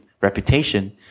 reputation